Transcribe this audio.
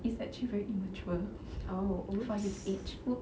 is actually very immature for his age !oops!